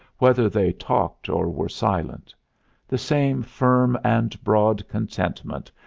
whether they talked or were silent the same firm and broad contentment,